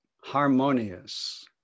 harmonious